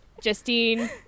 Justine